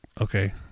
Okay